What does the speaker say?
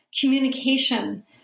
communication